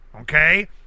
okay